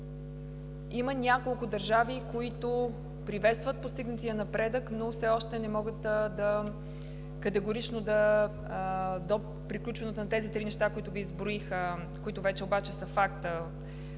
има няколко държави, които приветстват постигнатия напредък, но все още не могат категорично до приключването на тези три неща, които Ви изброих, които вече обаче са факт